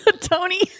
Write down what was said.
Tony